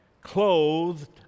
clothed